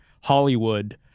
Hollywood